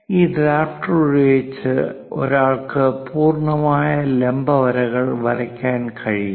ഈ ഡ്രാഫ്റ്റർ ഉപയോഗിച്ച് ഒരാൾക്ക് പൂർണ്ണമായ ലംബ വരകൾ വരയ്ക്കാൻ കഴിയും